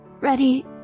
Ready